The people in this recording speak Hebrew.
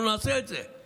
ואנחנו נעשה את זה.